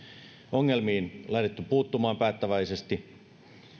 ongelmiin on lähdetty puuttumaan päättäväisesti